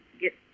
get